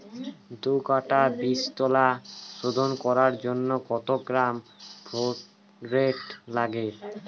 দু কাটা বীজতলা শোধন করার জন্য কত গ্রাম ফোরেট লাগে?